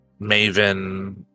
Maven